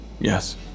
yes